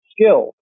skills